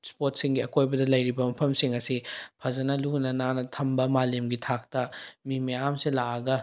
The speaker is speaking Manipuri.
ꯏꯁꯄꯣꯠꯁꯤꯡꯒꯤ ꯑꯀꯣꯏꯕꯗ ꯂꯩꯔꯤꯕ ꯃꯐꯃꯁꯤꯡ ꯑꯁꯤ ꯐꯖꯅ ꯂꯨꯅ ꯅꯥꯟꯅ ꯊꯝꯕ ꯃꯥꯂꯦꯝꯒꯤ ꯊꯥꯛꯇ ꯃꯤ ꯃꯌꯥꯝꯁꯦ ꯂꯥꯛꯑꯒ